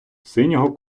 синього